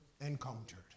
encountered